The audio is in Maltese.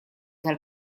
tal